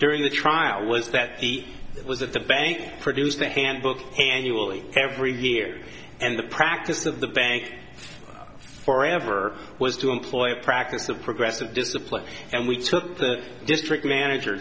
during the trial was that he was at the bank produced the handbook annually every year and the practice of the bank forever was to employ a practice of progressive discipline and we took the district manager